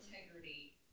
integrity